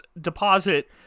deposit